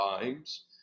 times